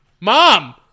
mom